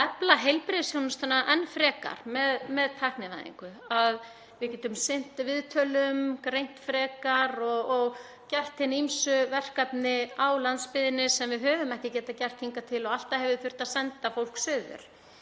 að efla heilbrigðisþjónustuna enn frekar með tæknivæðingu, við getum sinnt viðtölum, greint frekar og gert hin ýmsu verkefni á landsbyggðinni sem við höfum ekki getað gert hingað til og alltaf hefur þurft að senda fólk suður.